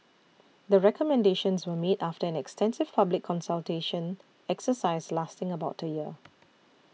the recommendations were made after an extensive public consultation exercise lasting about a year